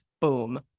Boom